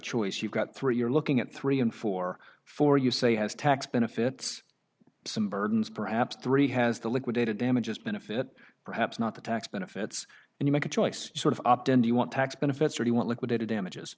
choice you've got three you're looking at three and four four you say has tax benefits some burdens perhaps three has the liquidated damages benefit perhaps not the tax benefits and you make a choice sort of opt in do you want tax benefits or you want liquidated damages